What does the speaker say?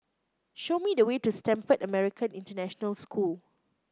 show me the way to Stamford American International School